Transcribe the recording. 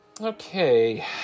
Okay